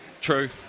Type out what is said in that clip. true